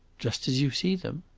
just as you see them.